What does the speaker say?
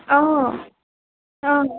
অঁ অঁ